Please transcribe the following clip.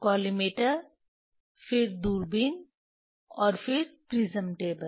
collimator फिर दूरबीन और फिर प्रिज्म टेबल